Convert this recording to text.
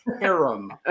harem